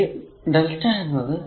ഈ Δ എന്നത്